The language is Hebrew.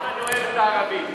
שאני אוהב את הערבים.